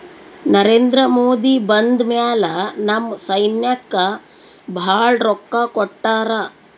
ನರೇಂದ್ರ ಮೋದಿ ಬಂದ್ ಮ್ಯಾಲ ನಮ್ ಸೈನ್ಯಾಕ್ ಭಾಳ ರೊಕ್ಕಾ ಕೊಟ್ಟಾರ